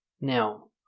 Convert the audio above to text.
Now